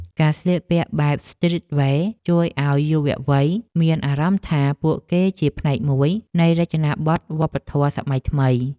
ការស្លៀកពាក់បែបស្ទ្រីតវែរ ជួយឱ្យយុវវ័យមានអារម្មណ៍ថា ពួកគេជាផ្នែកមួយនៃចលនាវប្បធម៌សម័យថ្មី។